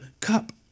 cup